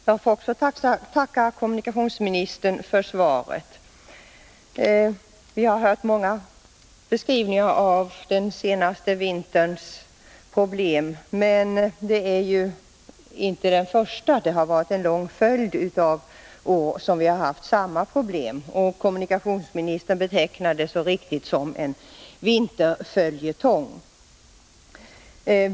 Fru talman! Också jag får tacka kommunikationsministern för frågesvaret. Vi har hört många beskrivningar av den senaste vinterns problem, men jag vill särskilt understryka att detta inte är den första vinter som vi har haft sådana problem. Vi har under en lång följd av år haft samma problem. Kommunikationsministern betecknar det också helt riktigt som en vinterföljetong.